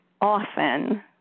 often